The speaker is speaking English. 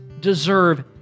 deserve